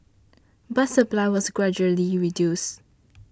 but supply was gradually reduced